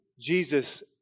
Jesus